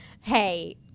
hey